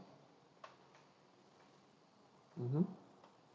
mmhmm